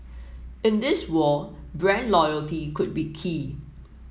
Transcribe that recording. in this war brand loyalty could be key